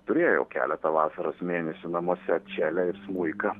turėjau keletą vasaros mėnesių namuose čelę ir smuiką